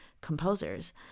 composers